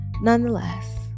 nonetheless